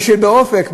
ובאופק,